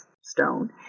stone